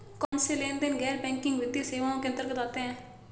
कौनसे लेनदेन गैर बैंकिंग वित्तीय सेवाओं के अंतर्गत आते हैं?